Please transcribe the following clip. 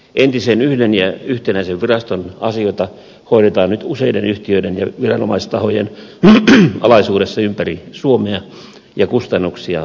entisen yhden ja yhtenäisen viraston asioita hoidetaan nyt useiden yhtiöiden ja viranomaistahojen alaisuudessa ympäri suomea ja kustannuksia syntyy